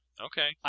Okay